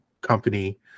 company